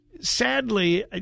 sadly